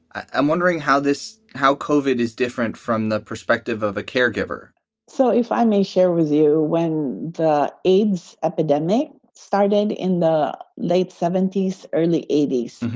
i'm wondering how this how covered is different from the perspective of a caregiver so if i may share with you, when the aids epidemic started in the late seventy s, early eighty s,